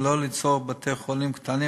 ולא ליצור בתי-חולים קטנים,